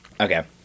Okay